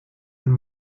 wenn